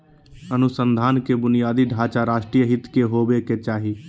अनुसंधान के बुनियादी ढांचा राष्ट्रीय हित के होबो के चाही